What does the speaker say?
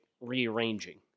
rearranging